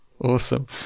Awesome